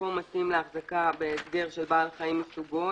מקום המתאים להחזקה בהסגר של בעלי חיים מסוגו,